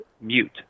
mute